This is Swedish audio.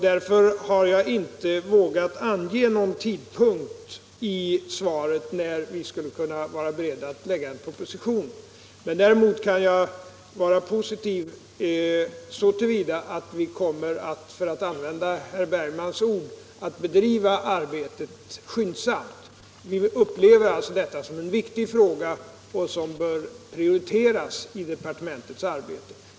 Därför har jag i svaret inte vågat ange någon tidpunkt för när vi kan vara beredda att lägga en proposition. Däremot kan jag vara positiv så till vida att vi kommer att — för att använda herr Bergmans ord — bedriva arbetet skyndsamt. Vi upplever detta som en viktig fråga som bör prioriteras i departementets arbete.